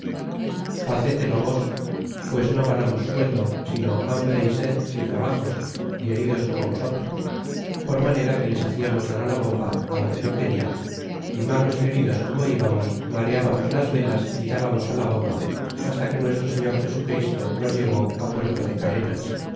levantiscos fácetelo vos pues no ganamos sueldo sino hambre y sed y trabajos y heridos como vosotros por manera que les haciamos dar á la bomba aunque no querian y malos y heridos como ibamos mareábamos las velas y dábamos la bomba hasta que nuestro señor jesu christo nos llevó puerto de carenas